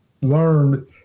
learned